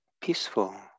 peaceful